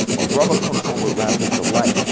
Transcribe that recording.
my brother comes home with rapper's delight.